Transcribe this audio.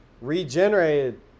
regenerated